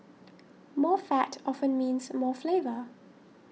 more fat often means more flavour